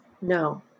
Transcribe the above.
no